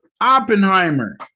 Oppenheimer